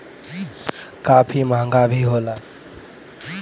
काफी महंगा भी होला